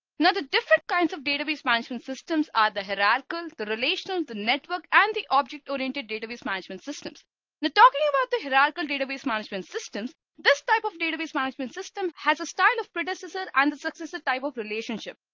not a different kinds of database management systems are the hierarchical the relational the network and the object oriented database management systems the talking about the hierarchical database management systems this type of database management system has a style of predecessor and the successive type of relationship.